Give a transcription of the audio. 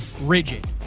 rigid